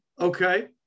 Okay